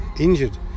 injured